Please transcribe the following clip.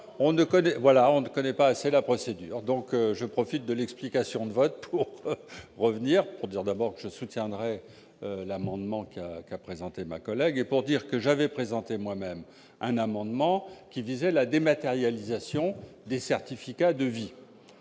on ne connaît pas assez la procédure donc je profite de l'explication de vote pour revenir pour dire d'abord que je soutiendrai l'amendement qui a, qui a présenté ma collègue pour dire que j'avais présenté moi-même un amendement qui visait la dématérialisation des certificats de vie